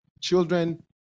children